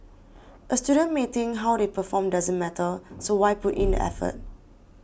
a student may think how they perform doesn't matter so why put in the effort